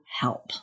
help